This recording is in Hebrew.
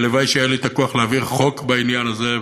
והלוואי שהיה לי הכוח להעביר חוק בעניין הזה,